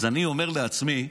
אז אני אומר לעצמי: